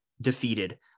defeated